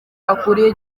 akuriye